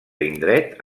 indret